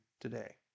today